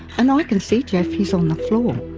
and i can see geoff, he's on the floor.